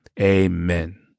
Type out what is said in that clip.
Amen